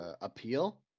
appeal